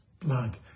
blood